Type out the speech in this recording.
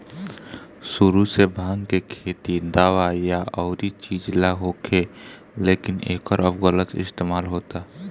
सुरु से भाँग के खेती दावा या अउरी चीज ला होखे, लेकिन एकर अब गलत इस्तेमाल होता